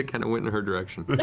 it kind of went in her direction.